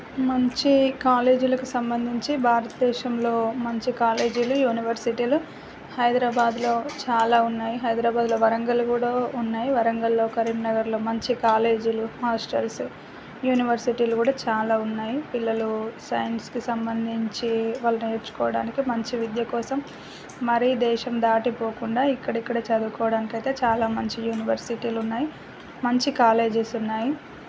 మంచి కాలేజీలకు సంబంధించి భారత దేశంలో మంచి కాలేజీలు యూనివర్సిటీలు హైదరాబాదులో చాలా ఉన్నాయి హైదరాబాదులో వరంగల్ కూడా ఉన్నాయి వరంగల్లో కరీంనగర్లో మంచి కాలేజీలు హాస్టల్స్ యూనివర్సిటీలు కూడా చాలా ఉన్నాయి పిల్లలు సైన్స్కు సంబంధించి వాళ్ళు నేర్చుకోవడానికి మంచి విద్య కోసం మరీ దేశం దాటి పోకుండా ఇక్కడ ఇక్కడే చదువుకోవడానికి అయితే చాలా మంచి యూనివర్సిటీలు ఉన్నాయి మంచి కాలేజీస్ ఉన్నాయి